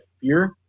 fear